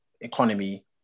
economy